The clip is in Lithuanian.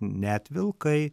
net vilkai